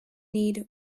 need